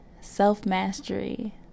self-mastery